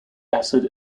acid